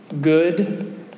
good